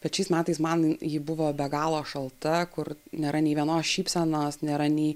bet šiais metais man ji buvo be galo šalta kur nėra nei vienos šypsenos nėra nei